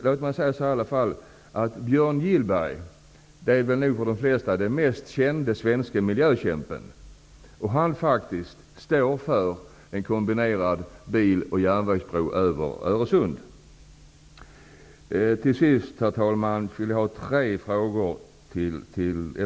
Låt mig i alla fall säga att Björn Gillberg, som nog för de flesta är den mest kände svenske miljökämpen, faktiskt står för en kombinerad biloch järnvägsbro över Öresund.